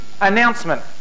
announcement